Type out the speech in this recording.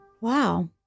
Wow